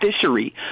fishery